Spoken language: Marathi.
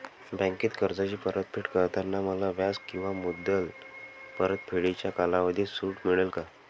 बँकेत कर्जाची परतफेड करताना मला व्याज किंवा मुद्दल परतफेडीच्या कालावधीत सूट मिळेल का?